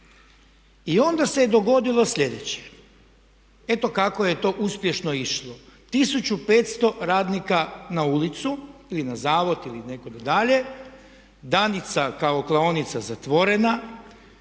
I onda se dogodilo sljedeće, eto kako je to uspješno išlo. 1500 radnika na ulicu ili na zavod ili nekud dalje, „Danica“ kao klaonica zatvorena,